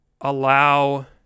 allow